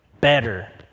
better